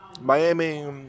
Miami